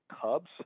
Cubs